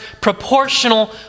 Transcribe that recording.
proportional